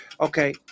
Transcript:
okay